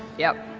yep,